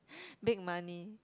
big money